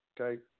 Okay